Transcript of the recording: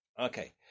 Okay